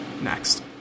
Next